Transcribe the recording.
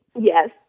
Yes